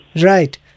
Right